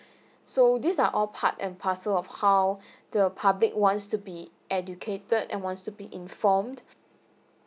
so these are all part and parcel of how the public wants to be educated and wants to be informed